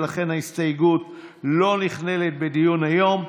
ולכן ההסתייגות לא נכללת בדיון היום.